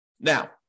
Now